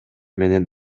менен